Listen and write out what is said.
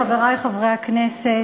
חברי חברי הכנסת,